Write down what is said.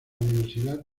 universidad